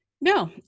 No